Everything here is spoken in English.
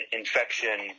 infection